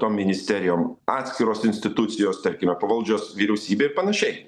tom ministerijom atskiros institucijos tarkime pavaldžios vyriausybei ir panašiai